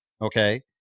Okay